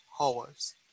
hours